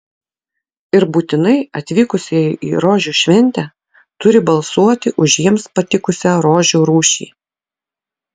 ir būtinai atvykusieji į rožių šventę turi balsuoti už jiems patikusią rožių rūšį